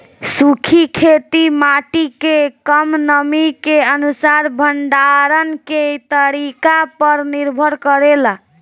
सूखी खेती माटी के कम नमी के अनुसार भंडारण के तरीका पर निर्भर करेला